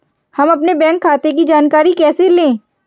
हम अपने बैंक खाते की जानकारी कैसे लें?